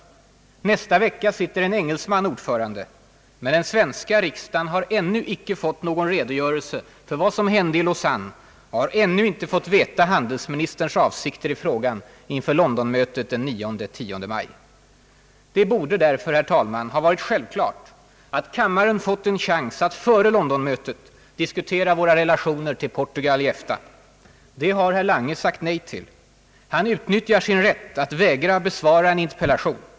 Nästa vecka sitter en engelsman ordförande. Men den svenska riksdagen har ännu icke fått någon redogörelse för vad som hände i Lausanne och har inte fått vetskap om handelsministerns avsikter i frågan inför Londonmötet den 9—10 maj. Det borde därför, herr talman, ha varit självklart att kammaren fått en chans att före Londonmötet diskutera våra relationer till Portugal i EFTA. Det har herr Lange sagt nej till. Han utnyttjar sin rätt att vägra besvara en interpellation.